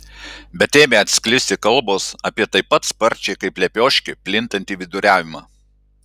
bet ėmė atsklisti kalbos apie taip pat sparčiai kaip lepioškės plintantį viduriavimą